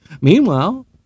Meanwhile